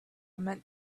met